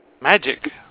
Magic